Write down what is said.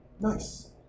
nice